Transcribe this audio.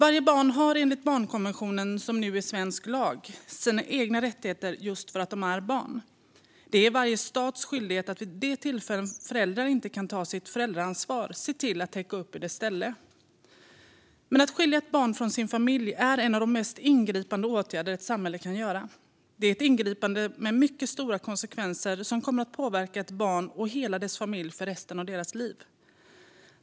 Alla barn har enligt barnkonventionen, som nu är svensk lag, sina egna rättigheter just för att de är barn. Det är varje stats skyldighet att vid de tillfällen föräldrar inte kan ta sitt föräldraansvar se till att täcka upp i deras ställe. Men att skilja ett barn från dess familj är en av de mest ingripande åtgärder ett samhälle kan göra. Det är ett ingripande med mycket stora konsekvenser som kommer att påverka ett barn och hela dess familj för resten av deras liv.